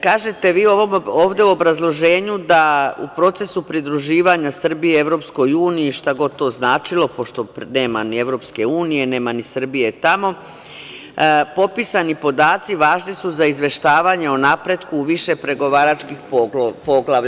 Kažete vi ovde u ovom obrazloženju da u procesu pridruživanja Srbije EU, šta god to značilo, pošto nema EU, nema ni Srbije tamo, popisani podaci važni su za izveštavanje o napretku višepregovaračkih poglavlja.